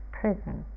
prison